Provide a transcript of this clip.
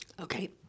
okay